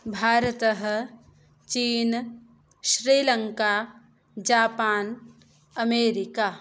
भारतः चीन् Sri Lanka Japan America